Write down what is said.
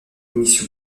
émission